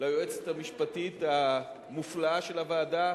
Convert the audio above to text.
ליועצת המשפטית המופלאה של הוועדה